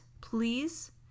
please